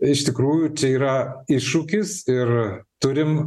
iš tikrųjų čia yra iššūkis ir turim